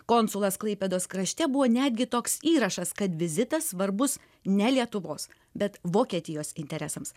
konsulas klaipėdos krašte buvo netgi toks įrašas kad vizitas svarbus ne lietuvos bet vokietijos interesams